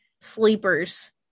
sleepers